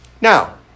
Now